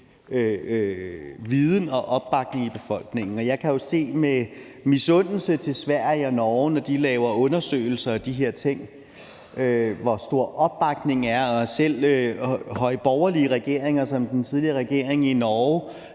viden og opbakning i befolkningen. Jeg kan jo med misundelse se mod Sverige og Norge, når de laver undersøgelser af, hvor stor opbakningen er til de her ting – selv hos en højborgerlig regering som den tidligere regering i Norge,